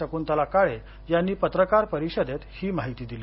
शकुंतला काळे यांनी पत्रकार परिषदेत ही माहिती दिली